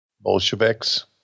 Bolsheviks